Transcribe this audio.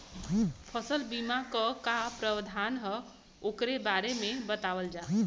फसल बीमा क का प्रावधान हैं वोकरे बारे में बतावल जा?